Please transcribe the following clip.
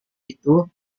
itu